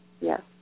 Yes